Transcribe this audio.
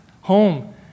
home